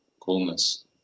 coolness